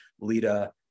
Lita